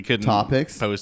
Topics